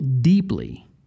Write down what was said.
deeply